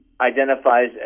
identifies